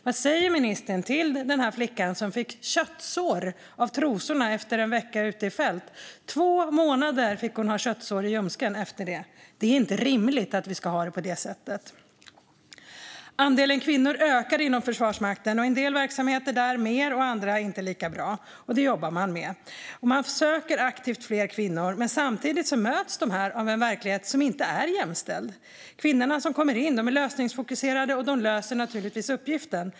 Vad säger ministern till den flicka som fick köttsår av trosorna efter en vecka ute i fält? Två månader fick hon ha köttsår i ljumsken efter det. Det är inte rimligt att vi ska ha det på det sättet. Andelen kvinnor inom Försvarsmakten ökar - inom en del verksamheter mer, men inom andra verksamheter är det inte lika bra. Det jobbar man med. Man söker aktivt fler kvinnor. Men samtidigt möts de av en verklighet som inte är jämställd. De kvinnor som kommer in är lösningsfokuserade, och de löser naturligtvis uppgiften.